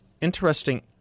Interesting